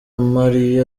mario